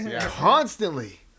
constantly